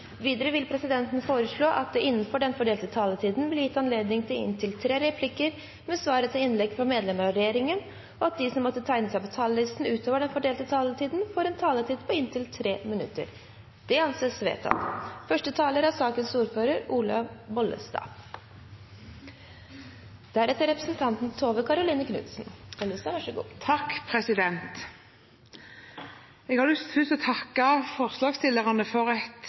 Videre vil presidenten foreslå at det – innenfor den fordelte taletid – blir gitt anledning til inntil tre replikker med svar etter innlegg fra medlemmer av regjeringen, og at de som måtte tegne seg på talerlisten utover den fordelte taletid, får en taletid på inntil 3 minutter. – Det anses vedtatt. Jeg har først lyst til å takke forslagsstillerne for